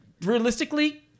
realistically